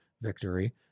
victory